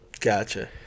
Gotcha